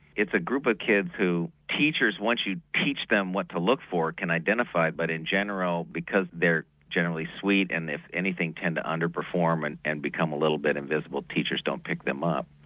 it's a group of kids who teachers once you teach them what to look for can identify but in general because they are generally sweet and if anything tend to under-perform and and become a little bit invisible teachers don't pick them up.